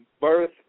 birth